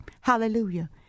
Hallelujah